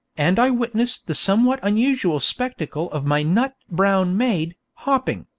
and i witnessed the somewhat unusual spectacle of my nut-brown mayde hopping,